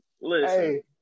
Listen